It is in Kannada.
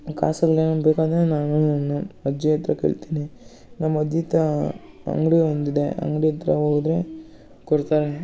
ಕಾಸೆಲ್ಲ ಏನು ಬೇಕಂದರೆ ನಾನು ನನ್ನ ಅಜ್ಜಿ ಹತ್ರ ಕೇಳ್ತೀನಿ ನಮ್ಮ ಅಜ್ಜಿ ತಾ ಅಗಂಡಿ ಒಂದಿದೆ ಅಂಗಡಿ ಹತ್ರ ಹೋದ್ರೆ ಕೊಡ್ತಾರೆ